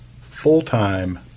full-time –